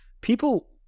people